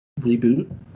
reboot